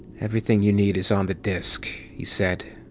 everything you need is on the disk, he said.